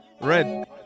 Red